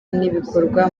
n’ibikorwa